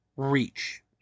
reach